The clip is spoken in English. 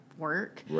work